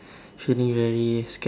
feeling very scared